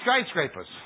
skyscrapers